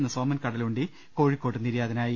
എന്ന സോമൻ കടലുണ്ടി കോഴിക്കോട്ട് നിര്യാതനായി